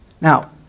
Now